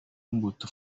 imbuto